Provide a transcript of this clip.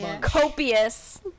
copious